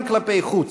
וגם כלפי חוץ,